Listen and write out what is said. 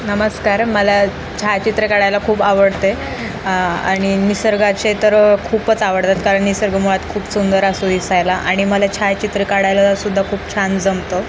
नमस्कार मला छायाचित्र काढायला खूप आवडते आणि निसर्गाचे तर खूपच आवडतात कारण निसर्ग मुळात खूप सुंदर असो दिसायला आणि मला छायाचित्र काढायला सुद्धा खूप छान जमतं